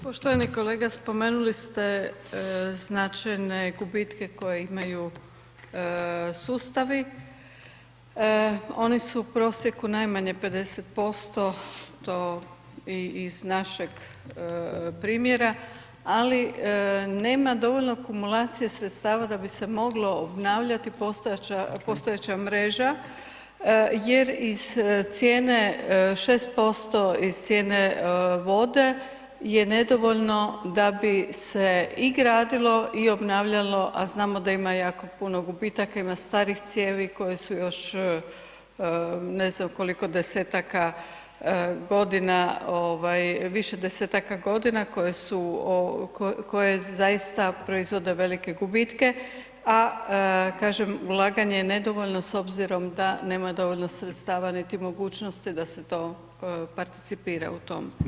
Poštovani kolega, spomenuli ste značajne gubitke koje imaju sustavi, oni su u prosjeku najmanje 50%, to i iz našeg primjera ali nema dovoljno akumulacije sredstava da bise moglo obnavljati postojeća mreža jer iz cijene 6%, iz cijene vode je nedovoljno da bi se i gradilo i obnavljalo a znamo da ima jako puno gubitaka, ima stari cijevi koje su još ne znam koliko 10-aka godina, više 10-aka godina koje zaista proizvode velike gubitke a kažem, ulaganje je nedovoljno s obzirom da nema dovoljno sredstava niti mogućnosti da se to participira u tom djelu.